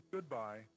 Goodbye